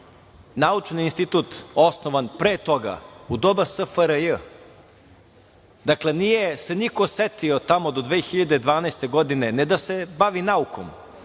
naučni institut osnovan pre toga? U doba SFRJ. Dakle, nije se niko setio tamo do 2012. godine ne da se bavi naukom,